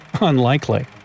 Unlikely